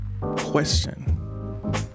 question